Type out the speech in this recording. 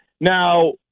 Now